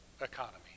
economy